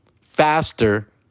faster